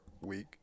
week